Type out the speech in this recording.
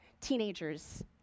teenagers